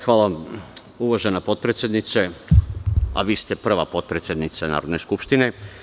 Hvala vam, uvažena potpredsednice, a vi ste prva potpredsednica Narodne skupštine.